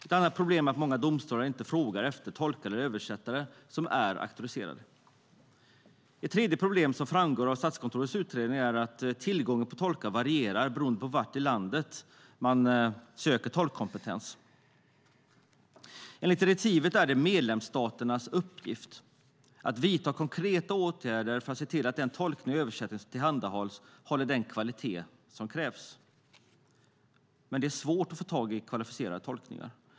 Ett andra problem är att många domstolar inte frågar efter tolkar och översättare som är auktoriserade. Ett tredje problem som framgår av Statskontorets utredning är att tillgången på tolkar varierar beroende på var i landet man söker tolkkompetens. Enligt direktivet är det medlemsstaternas uppgift att vidta konkreta åtgärder för att se till att den tolkning och översättning som tillhandahålls håller den kvalitet som krävs. Det är svårt att få tag på kvalificerade tolkar.